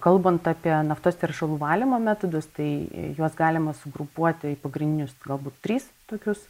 kalbant apie naftos teršalų valymo metodus tai juos galima sugrupuoti į pagrindinius galbūt tris tokius